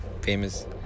famous